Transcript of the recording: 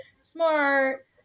smart